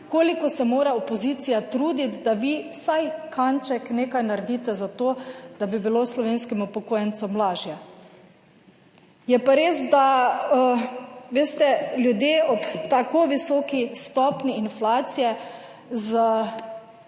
koliko se mora opozicija truditi, da vi vsaj kanček nekaj naredite za to, da bi bilo slovenskim upokojencem lažje. Je pa res da, veste ljudje ob tako visoki stopnji inflacije s